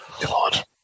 God